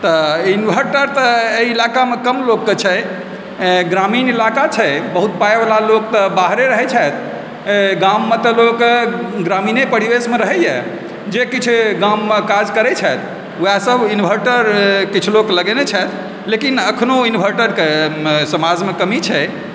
तऽ इन्वर्टर तऽ एहि इलाकामे कम लोकके छै ग्रामीण इलाका छै बहुत पाइवला लोक तऽ बाहरे रहै छथि गाममे तऽ लोक ग्रामिणे परिवेशमे रहैए जे किछु गाममे काज करै छथि वएह सब इन्वर्टर किछु लोक लगौने छथि लेकिन एखनो इन्वर्टरके समाजमे कमी छै